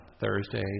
Thursday